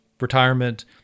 retirement